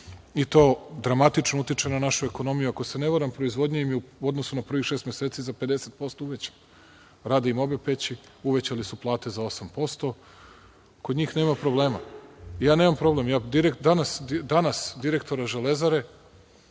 To dramatično utiče na našu ekonomiju. Ako se ne varam, proizvodnja im je u odnosu na prvih šest meseci za 50% uvećana. Rade im obe peći, uvećali su plate za 8% i kod njih nema problema. Ja nemam problem, danas direktora „Železare“